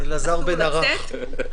יוכלו לצאת,